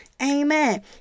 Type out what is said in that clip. Amen